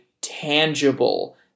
tangible